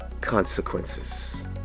Consequences